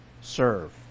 serve